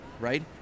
right